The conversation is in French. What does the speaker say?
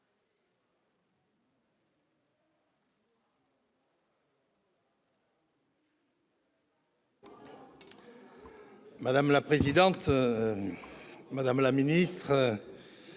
Madame la présidente, madame la garde